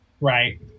right